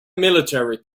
military